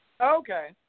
Okay